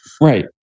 right